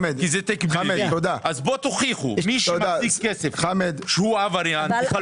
אז תוכיחו מי שמחזיק כסף שהוא עבריין,